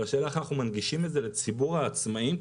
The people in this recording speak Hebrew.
השאלה איך אנחנו מנגישים את זה לציבור העצמאים,